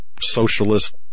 Socialist